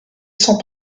sans